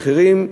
המחירים,